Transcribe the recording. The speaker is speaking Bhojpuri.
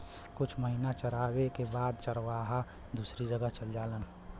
कुछ महिना चरवाले के बाद चरवाहा दूसरी जगह चल जालन